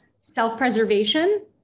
self-preservation